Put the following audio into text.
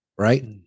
Right